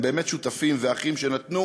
הם באמת שותפים ואחים שנתנו,